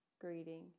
greeting